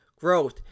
growth